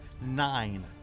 nine